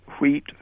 wheat